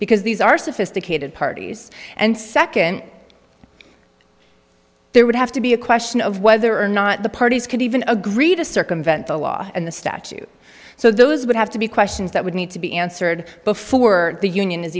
because these are sophisticated parties and second there would have to be a question of whether or not the parties could even agree to circumvent the law and the statute so those would have to be questions that would need to be answered before the union is